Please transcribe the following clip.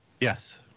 Yes